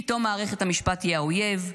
פתאום מערכת המשפט היא האויב,